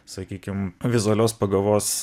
sakykim vizualios pagavos